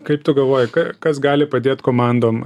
kaip tu galvoji kas gali padėt komandom